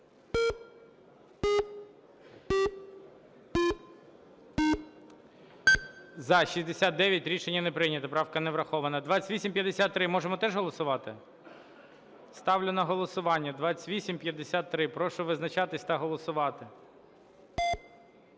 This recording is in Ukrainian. За-69 Рішення не прийнято. Правка не врахована. 2853 можемо теж голосувати? Ставлю на голосування 2853. Прошу визначатись та голосувати.